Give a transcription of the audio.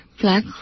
black